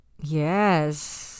Yes